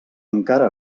encara